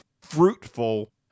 fruitful